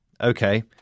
okay